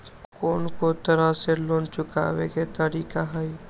कोन को तरह से लोन चुकावे के तरीका हई?